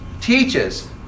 teaches